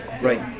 Right